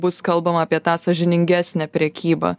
bus kalbama apie tą sąžiningesnę prekybą